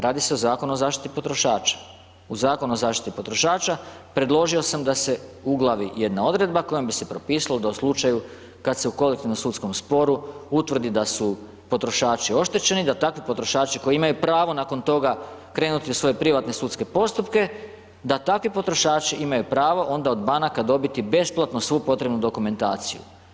Radi se o Zakonu o zaštiti potrošača, u Zakonu o zaštiti potrošača predložio sam da se uglavi jedna odredba kojoj bi se propisalo da u slučaju kad se u kolektivnom sudskom sporu utvrdi da su potrošači oštećeni da takvi potrošači koji imaju pravo nakon toga krenuti u svoje privatne sudske postupke, da takvi potrošači imaju pravo onda od banaka dobiti besplatno svu potrebnu dokumentaciju.